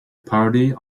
parody